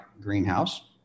greenhouse